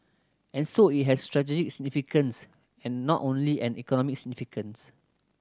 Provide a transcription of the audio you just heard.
and so it has strategic significance and not only an economic significance